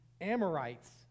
Amorites